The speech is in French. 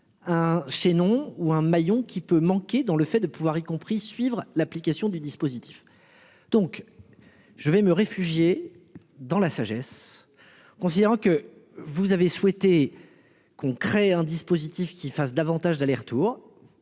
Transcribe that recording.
un chaînon ou un maillon qui peut manquer dans le fait de pouvoir y compris suivre l'application du dispositif. Donc. Je vais me réfugier dans la sagesse. Considérant que vous avez souhaité. Qu'on crée un dispositif qui fassent davantage d'aller retour.